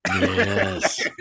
Yes